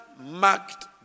marked